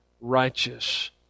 righteous